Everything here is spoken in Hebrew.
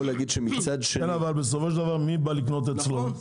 להגיד שמצד שני --- אבל בסופו של דבר מי בא לקנות אצלו?